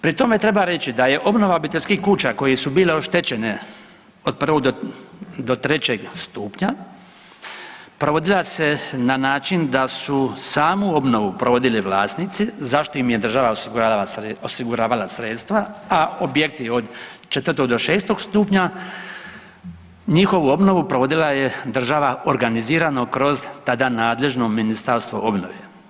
Pri tome treba reći da je obnova obiteljskih kuća koje su bile oštećene od 1. do 3. stupnja provodila se na način da su samu obnovu provodili vlasnici za što im je država osiguravala sredstva, a objekti od 4. do 6. stupnja njihovu obnovu provodila je država organizirana kroz tada nadležno Ministarstvo obnove.